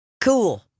Cool